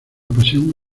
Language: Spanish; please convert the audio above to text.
pasión